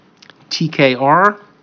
TKR